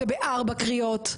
זה בארבע קריאות,